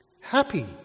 Happy